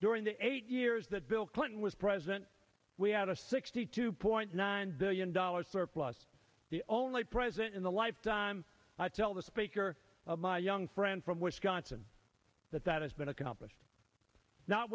during the eight years that bill clinton was president we had a sixty two point nine billion dollars surplus the only president in the life time i tell the speaker of my young friend from wisconsin that that has been accomplished not